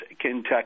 Kentucky